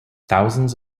thousands